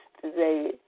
today